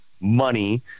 money